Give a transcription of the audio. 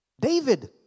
David